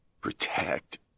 protect